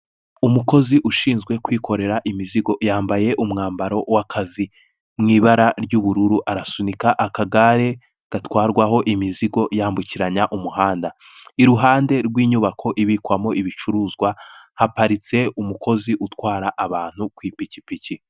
Umukozi ushinzwe kwikorera imizigo yambaye umwambaro w'akazi mu ibara ry'ubururu arasunika akagare gatwarwaho imizigo yambukiranya umuhanda. Iruhande rw'inyubako ibikwamo ibicuruzwa haparitse umukozi utwara abantu ku ipikipiki.